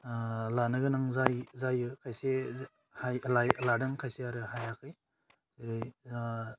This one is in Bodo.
लानो गोनां जायो खायसे हाय लाय लादों खायसे आरो हायाखै